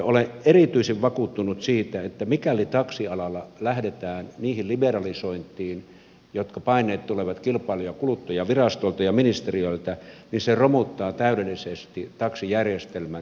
olen erityisen vakuuttunut siitä että mikäli taksialalla lähdetään siihen liberalisointiin joka paine tulee kilpailu ja kuluttajavirastolta ja ministeriöiltä niin se romuttaa täydellisesti taksijärjestelmän suomessa